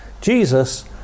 Jesus